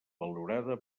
valorada